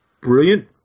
brilliant